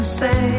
say